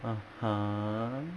(uh huh)